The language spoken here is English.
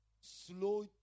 slow